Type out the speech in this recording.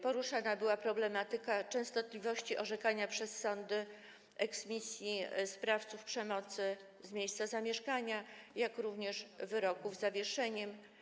Poruszana była problematyka częstotliwości orzekania przez sądy eksmisji sprawców przemocy z miejsca zamieszkania, jak również wyroków z zawieszeniem.